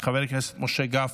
חבר הכנסת משה גפני,